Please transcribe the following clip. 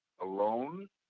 alone